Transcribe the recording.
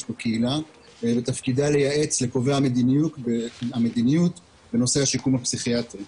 בקהילה ותפקידה לייעץ לקובעי המדיניות בנושא השיקום הפסיכיאטרי.